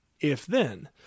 if-then